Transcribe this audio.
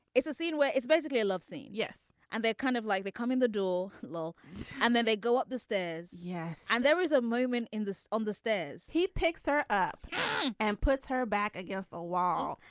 it's a scene where it's basically a love scene. yes. and they're kind of like they come in the door lol and then they go up the stairs. yes. and there was a moment in this on the stairs. he picks her up and puts her back against the wall.